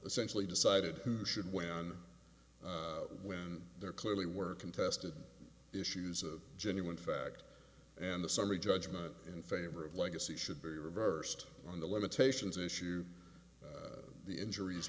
essentially decided who should win when there clearly were contested issues of genuine fact and the summary judgment in favor of legacy should be reversed on the limitations issue the injuries